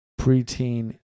preteen